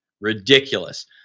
Ridiculous